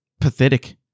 pathetic